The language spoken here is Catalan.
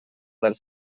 del